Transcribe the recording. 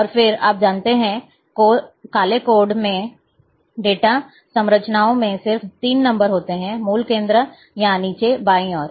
और फिर आप जानते हैं काले कोड में डेटा संरचनाओं में सिर्फ 3 नंबर होते हैं मूल केंद्र या नीचे बाईं ओर